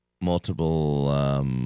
Multiple –